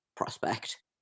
prospect